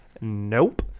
nope